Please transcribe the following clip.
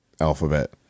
alphabet